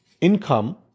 income